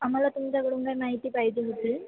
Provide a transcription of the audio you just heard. आम्हाला तुमच्याकडून काय माहिती पाहिजे होती